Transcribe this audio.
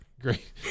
great